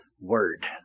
Word